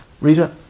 Rita